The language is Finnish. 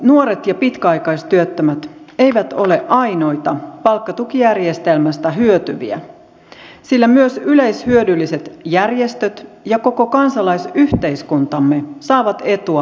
nuoret ja pitkäaikaistyöttömät eivät ole ainoita palkkatukijärjestelmästä hyötyviä sillä myös yleishyödylliset järjestöt ja koko kansalaisyhteiskuntamme saavat etua palkkatukijärjestelmästä